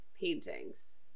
paintings